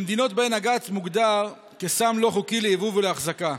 למדינות שבהן הגת מוגדר כסם לא חוקי ליבוא ולאחזקה.